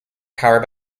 power